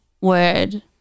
word